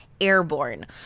airborne